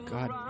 God